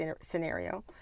scenario